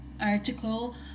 Article